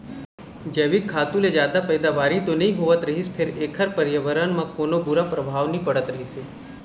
जइविक खातू ले जादा पइदावारी तो नइ होवत रहिस फेर एखर परयाबरन म कोनो बूरा परभाव नइ पड़त रहिस हे